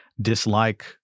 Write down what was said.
dislike